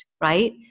right